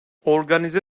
organize